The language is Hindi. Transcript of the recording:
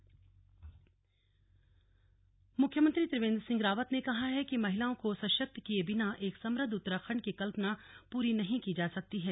स्लग सीएम रक्षाबंधन मुख्यमंत्री त्रिवेंद्र सिंह रावत ने कहा है कि महिलाओं को सशक्त किए बिना एक समुद्ध उत्तराखण्ड की कल्पना पूरी नहीं की जा सकती है